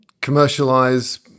commercialize